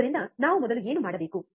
ಆದ್ದರಿಂದ ನಾವು ಮೊದಲು ಏನು ಮಾಡಬೇಕು